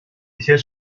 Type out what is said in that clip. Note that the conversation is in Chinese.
一些